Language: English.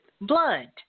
blood